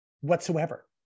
whatsoever